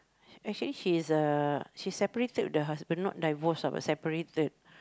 actually he is uh she separated with the husband not divorce ah but separated